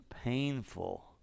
painful